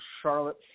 Charlotte